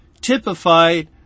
typified